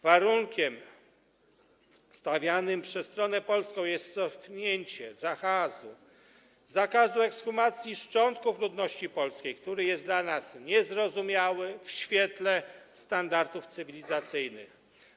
Warunkiem stawianym przez stronę polską jest cofnięcie zakazu ekshumacji szczątków ludności polskiej, który jest dla nas niezrozumiały w świetle standardów cywilizacyjnych.